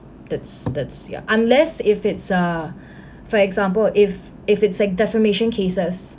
that's that's ya unless if it's a for example if if it's a defamation cases